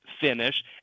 finish